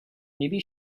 maybe